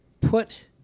put